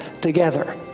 together